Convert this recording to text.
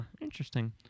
Interesting